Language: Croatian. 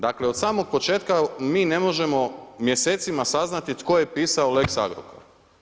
Dakle od samog početka mi ne možemo mjesecima saznati tko je pisao lex Agrokor.